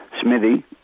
Smithy